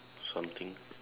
something